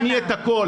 חברת הכנסת תומא.